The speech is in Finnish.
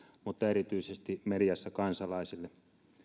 mutta erityisesti mediassa kansalaisille